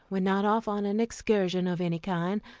when not off on an excursion of any kind,